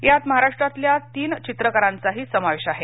यात महाराष्ट्रातल्या तीन चित्रकारांचाही समावेश आहे